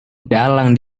dalang